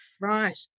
Right